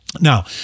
Now